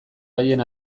haien